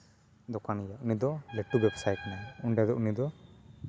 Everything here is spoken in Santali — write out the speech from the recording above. ᱫᱚᱠᱟᱱ ᱜᱮᱭᱟ ᱩᱱᱤ ᱫᱚ ᱞᱟᱹᱴᱩ ᱵᱮᱵᱽᱥᱟᱭᱤ ᱠᱟᱱᱟᱭ ᱚᱸᱰᱮ ᱫᱚ ᱩᱱᱤ ᱫᱚ